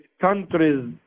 countries